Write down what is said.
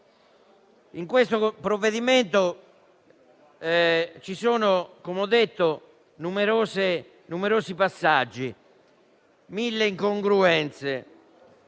In questo provvedimento ci sono - come ho detto - numerosi passaggi e mille incongruenze.